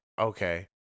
okay